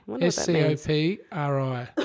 S-C-O-P-R-I